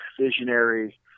visionary